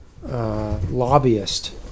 Lobbyist